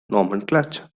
nomenclature